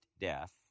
death